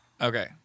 Okay